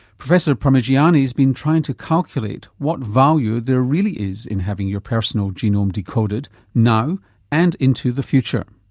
professor parmigiani's been trying to calculate what value there really is in having your personal genome decoded now and into the future.